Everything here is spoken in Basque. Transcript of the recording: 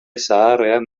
zaharrean